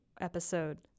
episode